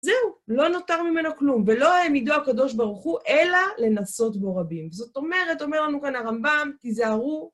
זהו, לא נותר ממנו כלום, ולא העמידו הקדוש ברוך הוא, אלא לנסות בו רבים. וזאת אומרת, אומר לנו כאן הרמב״ם, תזהרו,